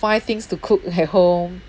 find things to cook at home